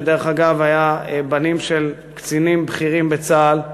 שדרך אגב היו בנים של קצינים בכירים בצה"ל,